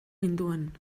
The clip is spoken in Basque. gintuen